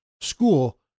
school